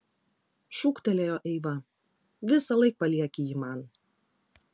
šūktelėjo eiva visąlaik palieki jį man